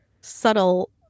subtle